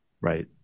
Right